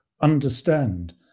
understand